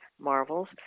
marvels